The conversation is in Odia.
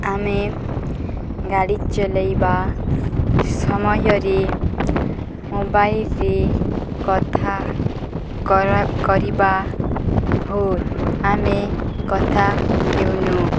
ଆମେ ଗାଡ଼ି ଚଲେଇବା ସମୟରେ ମୋବାଇଲରେ କଥା କରିବା ଭୁଲ ଆମେ କଥା ହେଉନୁ